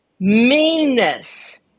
meanness